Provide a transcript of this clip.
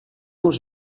los